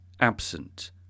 absent